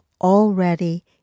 already